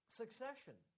succession